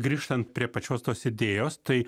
grįžtant prie pačios tos idėjos tai